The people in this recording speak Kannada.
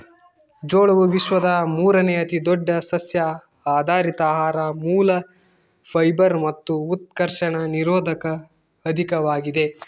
ಜೋಳವು ವಿಶ್ವದ ಮೂರುನೇ ಅತಿದೊಡ್ಡ ಸಸ್ಯಆಧಾರಿತ ಆಹಾರ ಮೂಲ ಫೈಬರ್ ಮತ್ತು ಉತ್ಕರ್ಷಣ ನಿರೋಧಕ ಅಧಿಕವಾಗಿದೆ